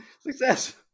success